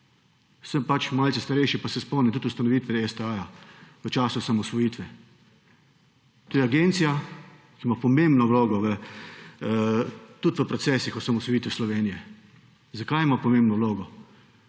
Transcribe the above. Sem pač malce starejši, pa se spomnim tudi ustanovitve STA v času osamosvojitve. To je agencija, ki ima pomembno vlogo v, tudi v procesih osamosvojitve Slovenije. Zakaj ima pomembno vlogo?